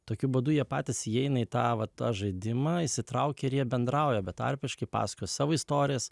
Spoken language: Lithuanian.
tokiu būdu jie patys įeina į tą va tą žaidimą įsitraukia ir jie bendrauja betarpiškai pasakoja savo istorijas